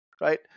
right